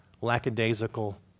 lackadaisical